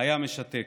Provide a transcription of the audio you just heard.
היה משתק.